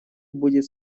будет